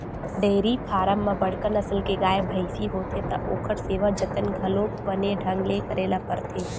dairy farm म बड़का नसल के गाय, भइसी होथे त ओखर सेवा जतन घलो बने ढंग ले करे ल परथे